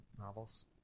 novels